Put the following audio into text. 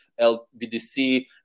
lbdc